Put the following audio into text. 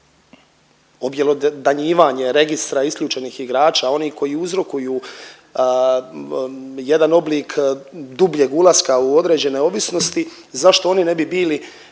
objelodanjivanje registra isključenih igrača, oni koji uzrokuju jedan oblik dubljeg ulaska u određene ovisnosti zašto oni ne bi bili